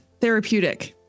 therapeutic